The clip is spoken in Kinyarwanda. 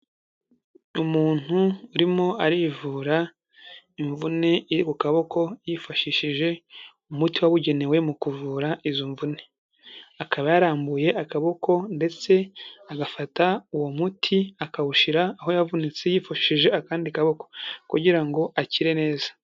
Umuntu urimo arivura imvune iri ku kaboko, yifashishije umuti wabugenewe mu kuvura izo mvune. Akaba yarambuye akaboko ndetse agafata uwo muti akawushira aho yavunitse yifashishije akandi kaboko. Kugira ngo akire neza.